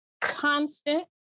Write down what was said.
constant